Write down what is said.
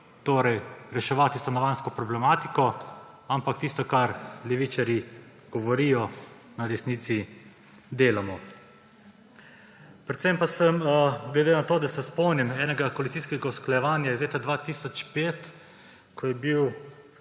torej reševati stanovanjsko problematiko –; ampak tisto, kar levičarji govorijo, na desnici delamo. Predvsem pa sem glede na to, da se spomnim enega koalicijskega usklajevanja iz leta 2005, ko je bil